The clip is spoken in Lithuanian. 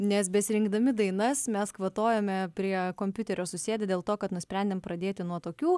nes besirinkdami dainas mes kvatojome prie kompiuterio susėdę dėl to kad nusprendėm pradėti nuo tokių